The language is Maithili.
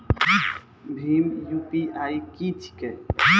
भीम यु.पी.आई की छीके?